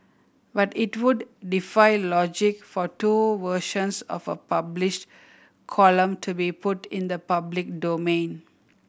but it would defy logic for two versions of a published column to be put in the public domain